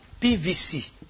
PVC